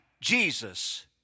Jesus